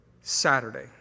Saturday